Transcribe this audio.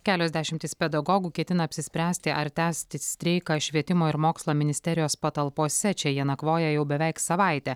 kelios dešimtys pedagogų ketina apsispręsti ar tęsti streiką švietimo ir mokslo ministerijos patalpose čia jie nakvoja jau beveik savaitę